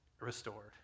restored